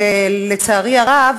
שלצערי הרב